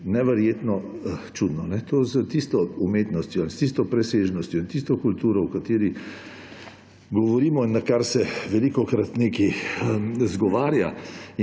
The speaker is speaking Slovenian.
Neverjetno čudno. To s tisto umetnostjo in tisto presežnostjo in tisto kulturo, o kateri govorimo in na kar se velikokrat nekaj izgovarja